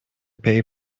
pay